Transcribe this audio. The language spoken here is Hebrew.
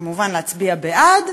כמובן להצביע בעד,